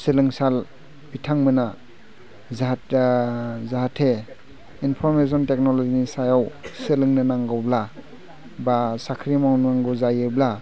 सोलोंसा बिथांमोना जाहाथे इमफरमेसन टेकनलजीनि सायाव सोलोंनो नांगौब्ला बा साख्रि मावनांगौ जायोब्ला